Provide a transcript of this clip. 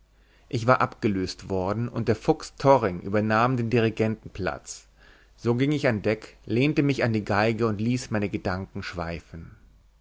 ich war abgelöst worden und der fuchs torring übernahm den dirigentenplatz so ging ich an deck lehnte mich an die geige und ließ meine gedanken schweifen